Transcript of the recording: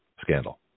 scandal